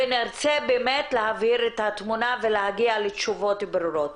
ונרצה להבהיר את התמונה ולהגיע לתשובות ברורות.